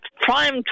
prime